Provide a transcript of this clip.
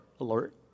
alert